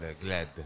glad